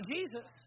Jesus